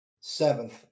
Seventh